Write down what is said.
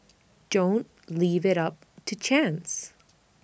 don't leave IT up to chance